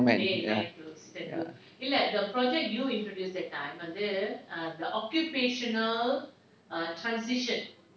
man ya